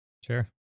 Sure